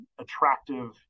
attractive